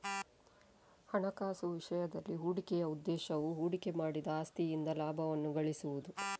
ಹಣಕಾಸು ವಿಷಯದಲ್ಲಿ, ಹೂಡಿಕೆಯ ಉದ್ದೇಶವು ಹೂಡಿಕೆ ಮಾಡಿದ ಆಸ್ತಿಯಿಂದ ಲಾಭವನ್ನು ಗಳಿಸುವುದು